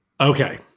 Okay